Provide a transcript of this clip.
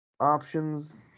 options